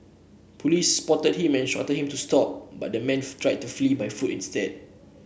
police spotted him and showed him to stop but the man tried to flee by foot instead